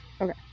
Okay